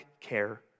care